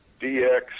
DX